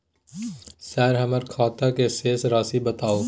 Sir हमर खाता के शेस राशि बताउ?